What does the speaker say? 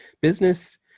business